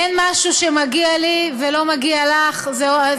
אין משהו שמגיע לי ולא מגיע לךְ.